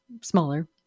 smaller